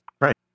Right